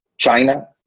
China